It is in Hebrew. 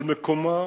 על מקומה